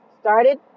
Started